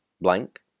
blank